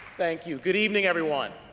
thank you, good evening everyone